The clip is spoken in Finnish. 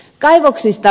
kaivoksista